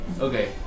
Okay